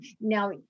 Now